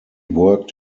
worked